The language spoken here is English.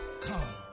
Come